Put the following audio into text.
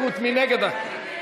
של קבוצת סיעת יש עתיד,